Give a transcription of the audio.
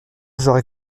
j’aurais